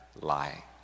lie